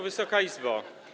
Wysoka Izbo!